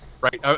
right